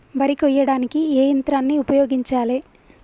వరి కొయ్యడానికి ఏ యంత్రాన్ని ఉపయోగించాలే?